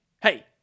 hey